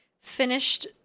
finished